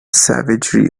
savagery